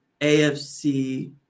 AFC